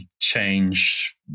change